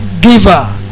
giver